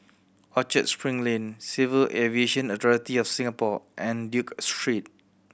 Orchard Spring Lane Civil Aviation Authority of Singapore and Duke Street